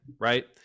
right